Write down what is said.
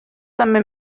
també